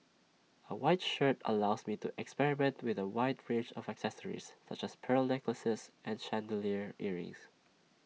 A white shirt allows me to experiment with A wide range of accessories such as pearl necklaces and chandelier earrings